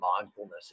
mindfulness